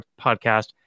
podcast